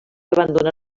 abandona